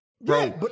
bro